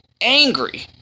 angry